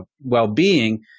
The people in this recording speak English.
well-being